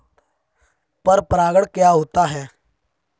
पर परागण क्या होता है?